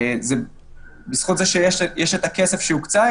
זה בזכות שיש את הכסף שהוקצה.